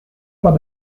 pas